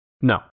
No